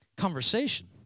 conversation